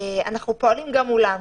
אנחנו פועלים גם מולם,